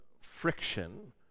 friction